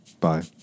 Bye